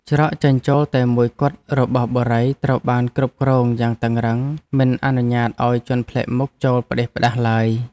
ច្រកចេញចូលតែមួយគត់របស់បុរីត្រូវបានគ្រប់គ្រងយ៉ាងតឹងរ៉ឹងមិនអនុញ្ញាតឱ្យជនប្លែកមុខចូលផ្តេសផ្តាសឡើយ។